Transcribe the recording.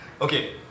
okay